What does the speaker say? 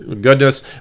goodness